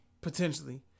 Potentially